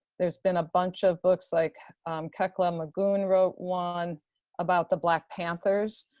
there's been a bunch of books, like kekla magoon wrote one about the black panthers.